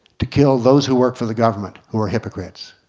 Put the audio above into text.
to kill those who work for the government who are hypocrites.